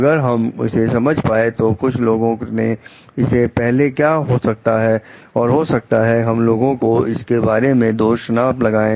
अगर हम उसे समझ पाए तो कुछ लोगों ने इसे पहले क्या हो सकता है और हो सकता है हम लोगों को इसके बारे में दोष ना लगाएं